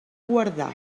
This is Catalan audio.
guardar